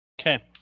Okay